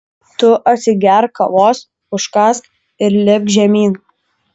tu atsigerk kavos užkąsk ir lipk žemyn